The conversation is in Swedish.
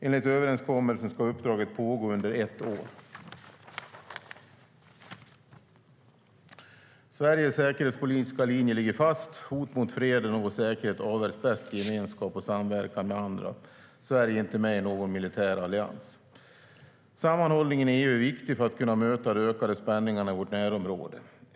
Enligt överenskommelsen ska uppdraget pågå under ett år. Sveriges säkerhetspolitiska linje ligger fast. Hot mot freden och vår säkerhet avvärjs bäst i gemenskap och samverkan med andra länder. Sverige är inte med i någon militär allians. Sammanhållningen i EU är viktig för att kunna möta de ökade spänningarna i vårt närområde.